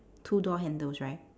two door handles right